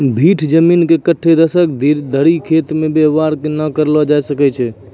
भीठ जमीन के कतै दसक धरि खेती मे वेवहार नै करलो जाय छै